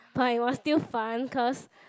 but it was still fun because